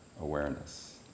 awareness